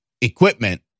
equipment